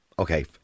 Okay